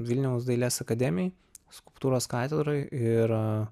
vilniaus dailės akademijoj skulptūros katedroj ir